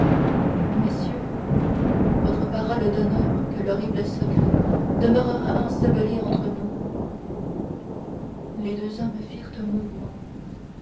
messieurs votre parole d'honneur que l'horrible secret demeurera enseveli entre nous les deux hommes firent un mouvement